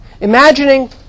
imagining